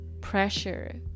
pressure